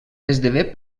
esdevé